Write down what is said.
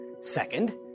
Second